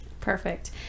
Perfect